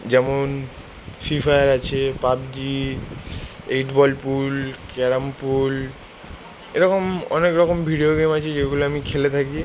যেমন free fire আছে PUBG eight ball pool carrom pool এরকম অনেক রকম ভিডিও গেম আছে যেগুলো আমি খেলে থাকি